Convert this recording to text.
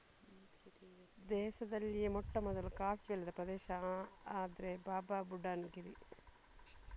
ದೇಶದಲ್ಲಿಯೇ ಮೊಟ್ಟಮೊದಲು ಕಾಫಿ ಬೆಳೆದ ಪ್ರದೇಶ ಅಂದ್ರೆ ಬಾಬಾಬುಡನ್ ಗಿರಿ